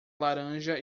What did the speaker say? laranja